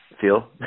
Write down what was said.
feel